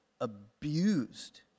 abused